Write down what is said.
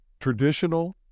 traditional